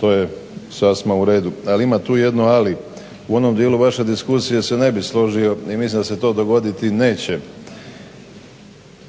To je sasma u redu, ali ima tu jedno ali. U onom dijelu vaše diskusije se ne bih složio i mislim da se to dogoditi neće